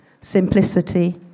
simplicity